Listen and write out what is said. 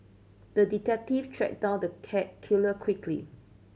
the detective tracked down the cat killer quickly